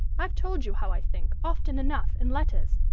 i've told you how i think, often enough, in letters,